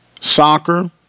soccer